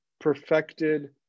perfected